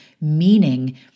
meaning